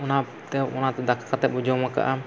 ᱚᱱᱟᱛᱮ ᱚᱱᱟᱛᱮ ᱫᱟᱠᱟ ᱠᱟᱛᱮᱫ ᱵᱚ ᱡᱚᱢ ᱟᱠᱟᱫᱼᱟ